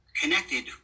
connected